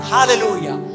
Hallelujah